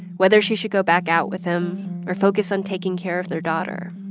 whether she should go back out with him or focus on taking care of their daughter.